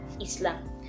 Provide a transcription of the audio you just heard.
islam